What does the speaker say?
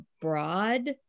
broad